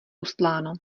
ustláno